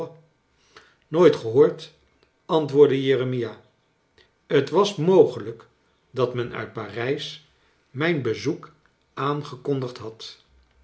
nooit gehoord antwoordde jeremia t was mogelijk dat men uit pari s imijn bezoek aangekondigd had